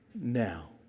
now